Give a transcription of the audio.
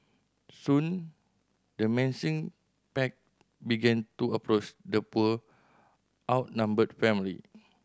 soon the menacing pack began to approach the poor outnumbered family